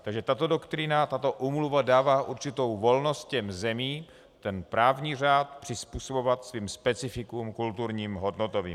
Takže tato doktrína, tato úmluva, dává určitou volnost zemím právní řád přizpůsobovat svým specifikům kulturním a hodnotovým.